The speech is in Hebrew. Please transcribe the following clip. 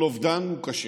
כל אובדן הוא קשה.